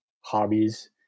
hobbies